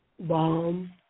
bomb